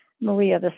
maria